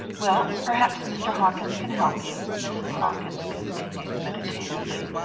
well, perhaps mr. hawkins can help you, mrs. hawkins continued meditatively,